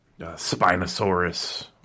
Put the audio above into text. Spinosaurus